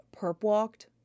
perp-walked